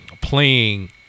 playing